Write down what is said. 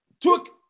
took